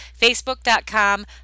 facebook.com